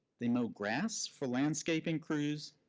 they know grass for landscaping crews,